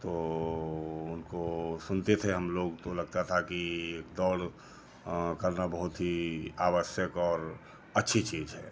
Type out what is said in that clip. तो उनको सुनते थे हम लोग तो लगता था कि एक दौड़ करना बहुत ही आवश्यक और अच्छी चीज है